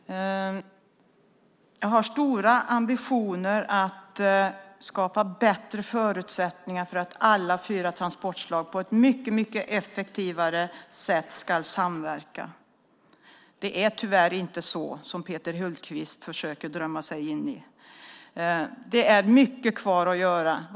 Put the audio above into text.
Fru talman! Jag har stora ambitioner att skapa bättre förutsättningar för att alla fyra transportslag ska samverka på ett mycket effektivare sätt. Det är tyvärr inte så som Peter Hultqvist försöker drömma sig in i. Det är mycket kvar att göra.